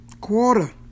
quarter